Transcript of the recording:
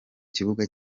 kibuga